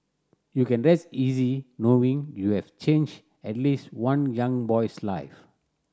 you can rest easy knowing you have changed at least one young boy's life